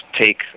take